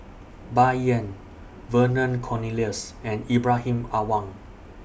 Bai Yan Vernon Cornelius and Ibrahim Awang